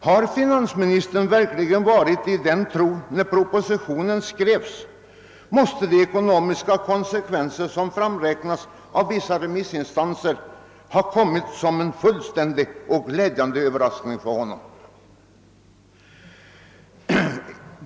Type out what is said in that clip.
Har finansministern verkligen varit i den tron när propositionen skrevs, måste de ekonomiska konsekvenser som vissa remissinstanser redovisat ha kommit som en fullständig och glädjande överraskning.